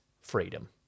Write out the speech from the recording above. freedom